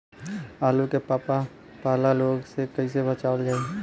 आलू के पाला रोग से कईसे बचावल जाई?